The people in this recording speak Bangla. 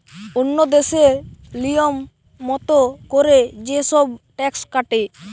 ওন্য দেশে লিয়ম মত কোরে যে সব ট্যাক্স কাটে